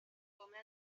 come